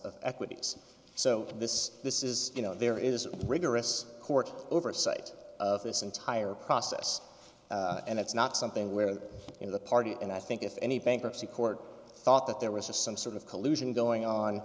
of equities so this this is you know there is rigorous court oversight of this entire process and it's not something where in the party and i think if any bankruptcy court thought that there was some sort of collusion going on